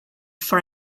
for